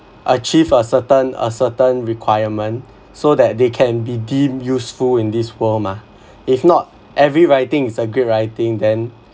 achieve a certain a certain requirement so that they can be deemed useful in this world mah if not every writing is a great writing then